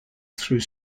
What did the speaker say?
through